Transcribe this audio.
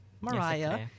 Mariah